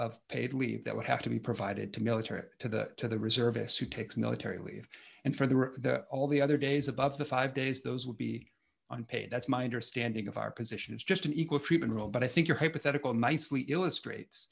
of paid leave that would have to be provided to military to the to the reservists who takes military leave and for their all the other days above the five days those would be unpaid that's my understanding of our position is just an equal treatment of all but i think your hypothetical nicely illustrates